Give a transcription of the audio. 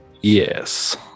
Yes